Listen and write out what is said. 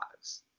lives